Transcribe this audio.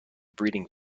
breeding